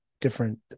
different